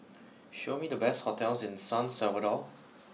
show me the best hotels in San Salvador